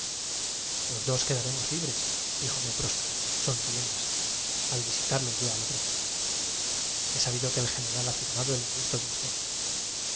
los dos quedare mos libres díjome próspero he sabido que el sonriéndose al visitarlo yo al otro día general ha firmado el indulto de usted